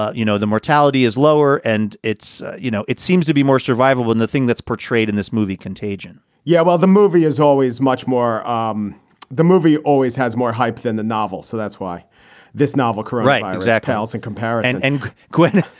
ah you know, the mortality is lower and it's you know, it seems to be more survivable when the thing that's portrayed in this movie contagion yeah, well, the movie is always much more um the movie always has more hype than the novel. so that's why this novel, correct, zach, pales in comparison and quinn,